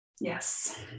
Yes